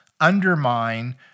undermine